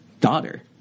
daughter